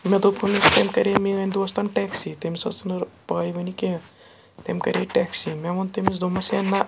مےٚ دوٚپُن یِتھ کٔنۍ کرے میٲنۍ دوستَن ٹیٚکسی تٔمِس ٲس نہٕ پَے وٕنہِ کینٛہہ تٔمۍ کَرے ٹیکسی مےٚ ووٚن تٔمِس دوٚپَمَس ہے نہ